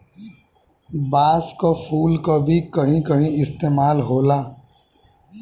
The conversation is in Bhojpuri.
बांस क फुल क भी कहीं कहीं इस्तेमाल होला